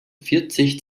vierzig